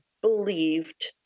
believed